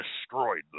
destroyed